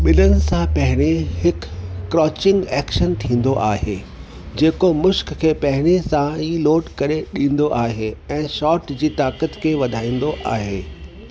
बि॒निनि सां पहिरीं हिकु क्रॉचिंग एक्शन थींदो आहे जेको मुश्क खे पहिरीं सां ई लोड करे ॾींदो आहे ऐं शॉट जी ताकत खे वधाईंदो आहे